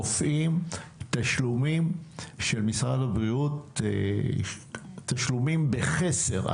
רופאים, תשלומים של משרד הבריאות, תשלומים בחסר.